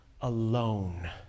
alone